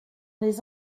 les